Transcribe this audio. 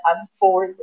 unfold